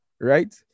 Right